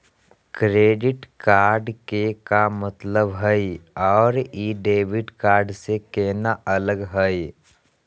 Credit card के का मतलब हई अरू ई डेबिट कार्ड स केना अलग हई?